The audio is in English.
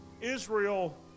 Israel